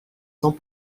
sans